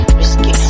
Whiskey